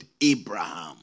Abraham